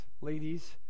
ladies